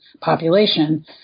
population